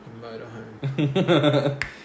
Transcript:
Motorhome